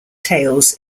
tails